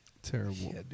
Terrible